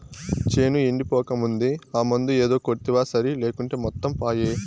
చేను ఎండిపోకముందే ఆ మందు ఏదో కొడ్తివా సరి లేకుంటే మొత్తం పాయే